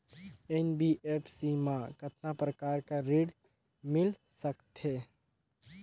NBFC मा कतना प्रकार कर ऋण मिल सकथे?